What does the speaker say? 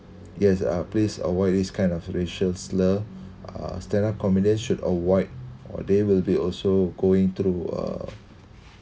yes uh please avoid this kind of racial slur uh stand-up comedies should avoid or they will be also going to uh